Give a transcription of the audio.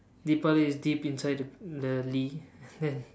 Deepali is deep inside the the li